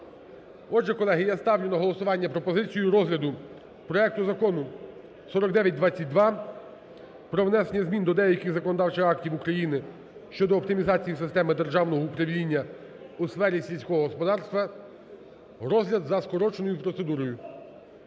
Отже, колеги, я ставлю на голосування пропозицію розгляду проекту Закону (4922) про внесення змін до деяких законодавчих актів України щодо оптимізації системи державного управління у сфері сільського господарства, розгляд за скороченою процедурою.